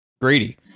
Grady